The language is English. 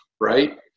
right